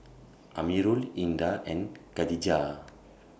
Amirul Indah and Khadija